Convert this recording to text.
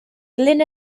glyn